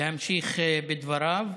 להמשיך בדבריו.